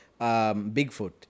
Bigfoot